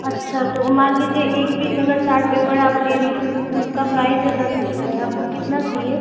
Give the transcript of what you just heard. अच्छा तो मान लीजिए एक पीस अगर चार्ट पेपर आप ले रही हैं तो उसका प्राइज़ है दस रुपये आपको कितना चाहिए